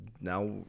now